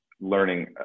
learning